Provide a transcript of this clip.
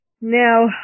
Now